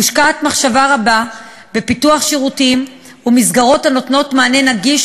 מושקעת מחשבה רבה בפיתוח שירותים ומסגרות הנותנים מענה נגיש,